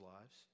lives